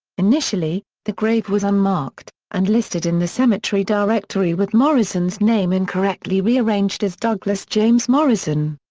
initially, the grave was unmarked, and listed in the cemetery directory with morrison's name incorrectly rearranged as douglas james morrison.